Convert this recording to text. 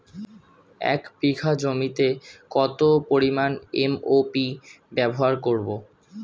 এক বিঘা জমিতে কত পরিমান এম.ও.পি ব্যবহার করব?